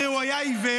הרי הוא היה עיוור.